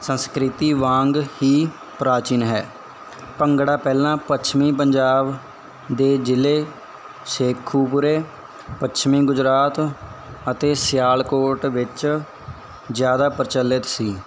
ਸੰਸਕ੍ਰਿਤੀ ਵਾਂਗ ਹੀ ਪ੍ਰਾਚੀਨ ਹੈ ਭੰਗੜਾ ਪਹਿਲਾਂ ਪੱਛਮੀ ਪੰਜਾਬ ਦੇ ਜ਼ਿਲ੍ਹੇ ਸ਼ੇਖੂਪੁਰੇ ਪੱਛਮੀ ਗੁਜਰਾਤ ਅਤੇ ਸਿਆਲਕੋਟ ਵਿੱਚ ਜ਼ਿਆਦਾ ਪ੍ਰਚਲਿਤ ਸੀ